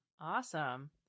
awesome